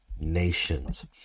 nations